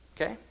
Okay